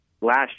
last